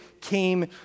came